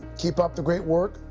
keep up the great work,